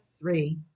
three